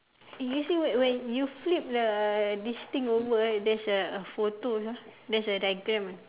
eh you see when when you flip the this thing over ah there is a photo you know there's a diagram